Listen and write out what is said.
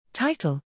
Title